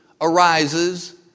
arises